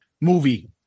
movie